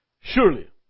Surely